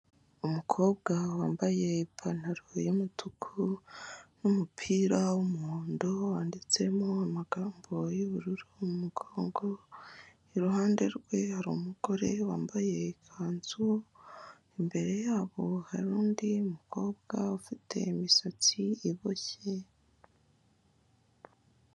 Umukobwa wambaye ipantaro y'umutuku n'umupira w'umuhondo wanditsemo amagambo y'ubururu mu mugongo. Iruhande rwe hari umugore wambaye ikanzu, imbere yabo hari undi mukobwa ufite imisatsi iboshye.